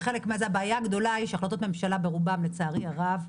הבעיה הגדולה היא שהחלטות ממשלה ברובן, לצערי הרב,